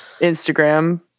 Instagram